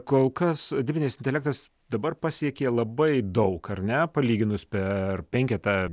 kol kas dirbtinis intelektas dabar pasiekė labai daug ar ne palyginus per penketą